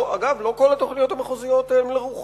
אגב, לא כל התוכניות המחוזיות הן לרוחי,